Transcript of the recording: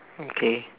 okay